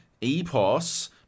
EPOS